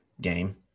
game